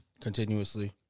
Continuously